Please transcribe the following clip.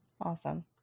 Awesome